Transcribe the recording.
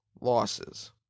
losses